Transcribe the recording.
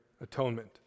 atonement